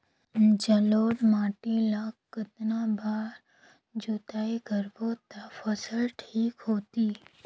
जलोढ़ माटी ला कतना बार जुताई करबो ता फसल ठीक होती?